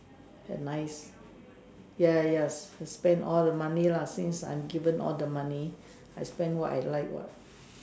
they're nice ya ya spend all the money lah since I'm given all the money I spend what I like what